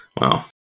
Wow